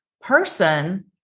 person